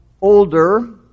older